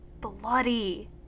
bloody